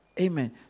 Amen